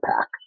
pack